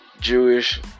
Jewish